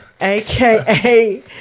aka